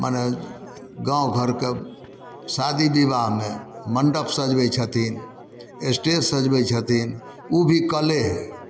मने गामघरके शादी विवाहमे मण्डप सजबै छथिन एस्टेज सजबै छथिन ओ भी कले हइ